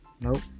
nope